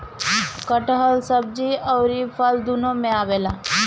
कटहल सब्जी अउरी फल दूनो में आवेला